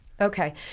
Okay